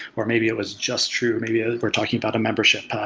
or maybe it was just true. maybe ah we're talking about a membership,